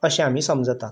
अशें आमी समजतात